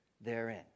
therein